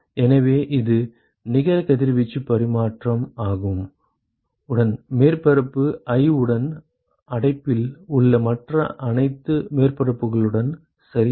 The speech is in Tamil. எனவே இது நிகர கதிர்வீச்சு பரிமாற்றம் ஆகும் உடன் மேற்பரப்பு i உடன் அடைப்பில் உள்ள மற்ற அனைத்து மேற்பரப்புகளுடன் சரியா